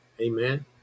Amen